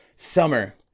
Summer